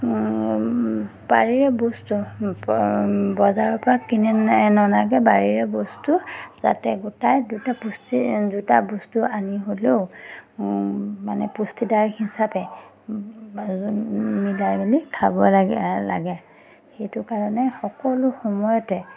বাৰীৰে বস্তু বজাৰৰপৰা কিনি ননাকৈ বাৰীৰে বস্তু যাতে গোটাই দুটা পুষ্টি দুটা বস্তু আনি হ'লেও মানে পুষ্টিদায়ক হিচাপে মিলাই মেলি খাব লাগে লাগে সেইটো কাৰণে সকলো সময়তে